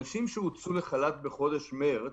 אנשים שהוצאו לחל"ת בחודש מרץ,